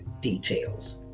details